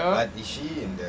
ya